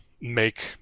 make